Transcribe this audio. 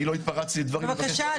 אני לא אכנס פה לדיונים הלכתיים ברשותך,